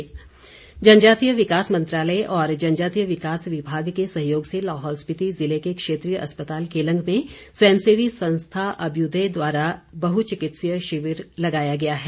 चिकित्सा शिविर जनजातीय विकास मंत्रालय और जनजातीय विकास विभाग के सहयोग से लाहौल स्पिति ज़िले के क्षेत्रीय अस्पताल केलंग में स्वयंसेवी संस्था अभयुदय द्वारा बहु चिकित्सीय शिविर लगाया गया है